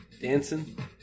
Dancing